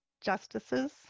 Justices